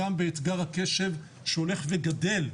גם באתגר הקשב שהולך וגדל,